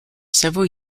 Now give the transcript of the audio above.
several